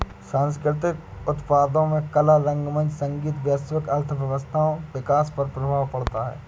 सांस्कृतिक उत्पादों में कला रंगमंच संगीत वैश्विक अर्थव्यवस्थाओं विकास पर प्रभाव पड़ता है